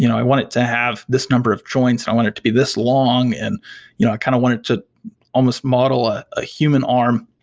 you know i want it to have this number of joints and i want it to be this long, and you know i kind of want it to almost model a ah human arm.